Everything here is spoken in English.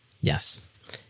Yes